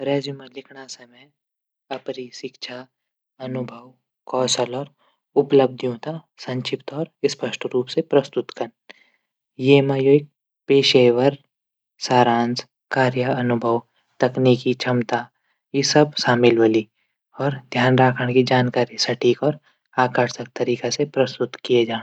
रेज्यूमे लिखद समय अपडी शिक्षा अनुभव और कौशल उपलब्धियों तै संक्षिप्त और स्पष्ट रूप से पस्तुत कन ये मा एक पेशेवर सारांश कार्य अनुभव तकनीकी क्षमता इ सब शामिल होली और ध्यान रखण कि जानकारी सटिक और आकर्षक तरीका से पस्तुत किये जाण।